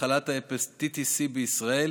מחלת ההפטיטיס C בישראל,